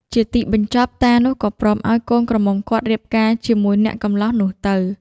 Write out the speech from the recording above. ជាទីបញ្ចប់ តានោះក៏ព្រមឲ្យកូនក្រមុំគាត់រៀបការជាមួយអ្នកកម្លោះនោះទៅ។